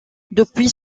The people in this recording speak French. depuis